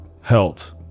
health